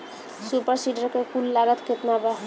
Super seeder के कुल लागत केतना बा?